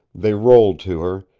they rolled to her,